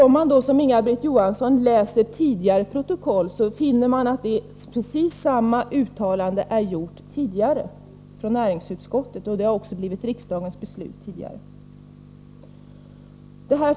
Om man då, som Inga-Britt Johansson gör, läser tidigare protokoll, finner man att precis samma uttalande har gjorts tidigare av näringsutskottet, vilket också har blivit riksdagens beslut.